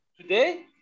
Today